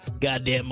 Goddamn